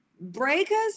Breakers